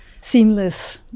seamless